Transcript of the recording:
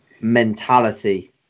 mentality